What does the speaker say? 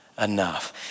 enough